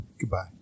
Goodbye